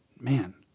man